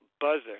buzzer